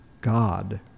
God